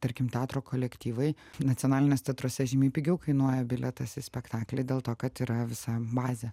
tarkim teatro kolektyvai nacionaliniuos teatruose žymiai pigiau kainuoja bilietas į spektaklį dėl to kad yra visa bazė